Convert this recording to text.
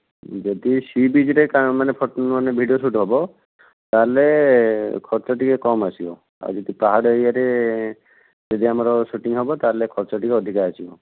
ଯଦି ସି ବିଚ୍ରେ ମାନେ ଭିଡ଼ିଓ ସୁଟ୍ ହେବ ତା'ହେଲେ ଖର୍ଚ୍ଚ ଟିକିଏ କମ୍ ଆସିବ ଆଉ ଯଦି ପାହାଡ଼ ଏରିଆରେ ଯଦି ଆମର ସୁଟିଂ ହେବ ତା'ହେଲେ ଖର୍ଚ୍ଚ ଟିକିଏ ଅଧିକା ଆସିବ